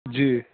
جی